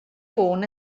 ffôn